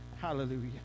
Hallelujah